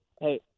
Hey